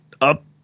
up